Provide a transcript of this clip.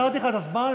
החזרתי לך את הזמן.